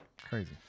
Crazy